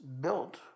built